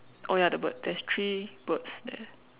oh ya the bird there's three birds there